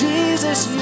Jesus